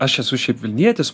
aš esu šiaip vilnietis